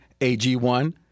AG1